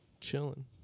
Chilling